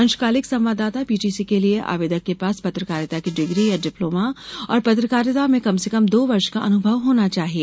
अंशकालिक संवाददाता पीटीसी के लिए आवेदक के पास पत्रकारिता की डिग्री या डिप्लोमा और पत्रकारिता में कम से कम दो वर्ष का अनुभव होना चाहिए